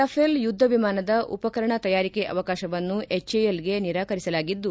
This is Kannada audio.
ರಫೆಲ್ ಯುದ್ಧ ವಿಮಾನದ ಉಪಕರಣ ತಯಾರಿಕೆ ಅವಕಾಶವನ್ನು ಎಚ್ಎಎಲ್ ಗೆ ನಿರಾಕರಿಸಲಾಗಿದ್ದು